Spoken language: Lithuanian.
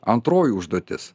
antroji užduotis